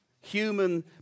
Human